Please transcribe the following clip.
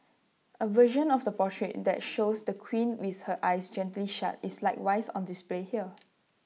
A version of the portrait that shows the queen with her eyes gently shut is likewise on display here